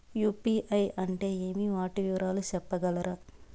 UPI అంటే ఏమి? వాటి వివరాలు సెప్పగలరా?